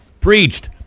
preached